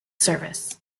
service